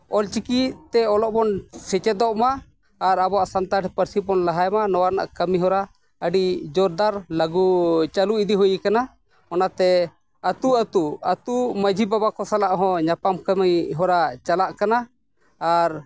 ᱚᱞ ᱪᱤᱠᱤᱛᱮ ᱚᱞᱚᱜ ᱵᱚᱱ ᱥᱮᱪᱮᱫᱚᱜᱢᱟ ᱟᱨ ᱟᱵᱚᱣᱟᱜ ᱥᱟᱱᱛᱟᱲᱤ ᱯᱟᱹᱨᱥᱤ ᱵᱚᱱ ᱞᱟᱦᱟᱭᱢᱟ ᱟᱨ ᱱᱚᱣᱟ ᱨᱮᱱᱟᱜ ᱠᱟᱹᱢᱤ ᱦᱚᱨᱟ ᱟᱹᱰᱤ ᱡᱳᱨᱫᱟᱨ ᱞᱟᱹᱜᱩ ᱪᱟᱹᱞᱩ ᱤᱫᱤ ᱦᱩᱭ ᱠᱟᱱᱟ ᱚᱱᱟᱛᱮ ᱟᱹᱛᱩ ᱟᱹᱛᱩ ᱟᱹᱛᱩ ᱢᱟᱺᱡᱷᱤ ᱠᱚ ᱥᱟᱞᱟᱜ ᱦᱚᱸ ᱧᱟᱯᱟᱢ ᱠᱟᱹᱢᱤ ᱦᱚᱨᱟ ᱪᱟᱞᱟᱜ ᱠᱟᱱᱟ ᱟᱨ